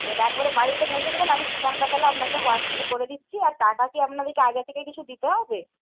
একবারে বাড়িতে পৌঁছে দেবেন আমি ঠিকানাটা তাহলে হোয়াটসঅ্যাপে করে দিচ্ছি আর টাকা কি আপনাদেরকে আগে থেকে কিছু দিতে হবে